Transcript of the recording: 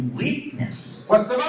weakness